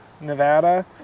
Nevada